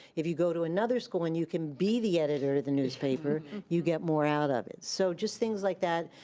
if you go to another school and you can be the editor of the newspaper, you get more out of it. so just things like that,